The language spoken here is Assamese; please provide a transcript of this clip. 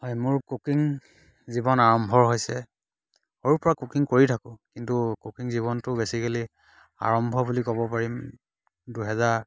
হয় মোৰ কুকিং জীৱন আৰম্ভ হৈছে সৰুৰ পৰা কুকিং কৰি থাকোঁ কিন্তু কুকিং জীৱনটো বেচিকেলি আৰম্ভ বুলি ক'ব পাৰিম দুহেজাৰ